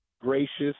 gracious